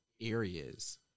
areas